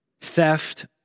Theft